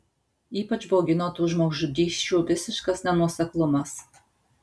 ypač baugino tų žmogžudysčių visiškas nenuoseklumas